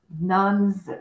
nuns